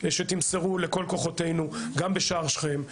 הייתי רוצה שתמסרו לכל כוחותינו גם בשער שכם,